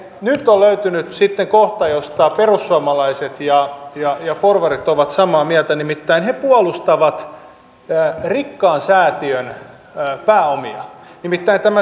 nyt on löytynyt sitten kohta josta perussuomalaiset ja porvarit ovat samaa mieltä nimittäin he puolustavat rikkaan säätiön pääomia nimittäin tämän sitran